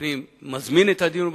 הפנים מזמין את הדיון בוועדה.